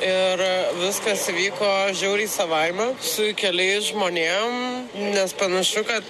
ir viskas įvyko žiauriai savaime su keliais žmonėm nes panašu kad